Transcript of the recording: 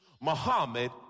Muhammad